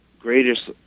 greatest